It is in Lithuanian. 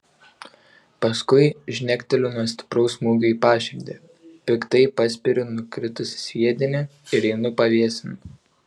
paskui žnekteliu nuo stipraus smūgio į paširdį piktai paspiriu nukritusį sviedinį ir einu pavėsin